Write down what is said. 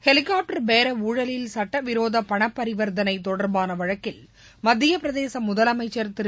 helicopter பேர ஊழலில் சட்டவிரோத பணபரிவர்த்தனை தொடர்பான வழக்கில் மத்தியபிரதேச முதலமைச்சர் திரு